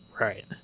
Right